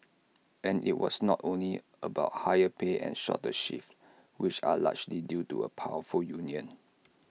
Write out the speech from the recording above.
and IT was not only about higher pay and shorter shifts which are largely due to A powerful union